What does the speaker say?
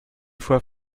fois